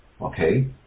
okay